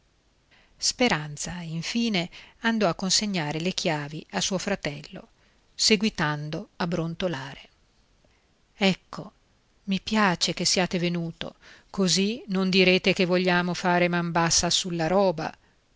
speranza infine andò a consegnare le chiavi a suo fratello seguitando a brontolare cco i piace che siete venuto così non direte che vogliamo fare man bassa sulla roba